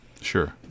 Sure